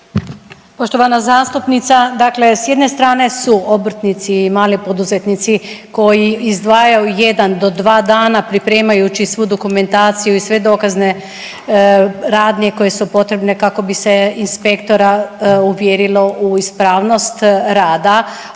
Poštovana zastupnica, dakle s jedne strane su obrtnici i mali poduzetnici koji izdvajaju jedan do dva dana pripremajući svu dokumentaciju i sve dokazne radnje koje su potrebne kako bi se inspektora uvjerilo u ispravnost rada